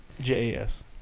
J-A-S